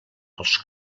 els